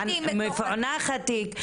מפוענח התיק,